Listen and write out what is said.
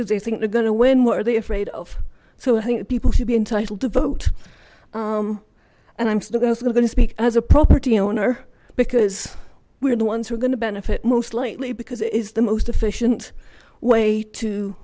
if they think they're gonna win why are they afraid of so i think people should be entitled to vote and i'm going to speak as a property owner because we're the ones who are going to benefit most likely because it is the most efficient way to